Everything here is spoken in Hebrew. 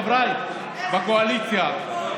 חבריי בקואליציה,